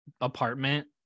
apartment